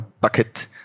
bucket